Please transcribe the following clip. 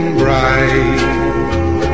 bright